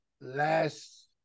last